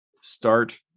start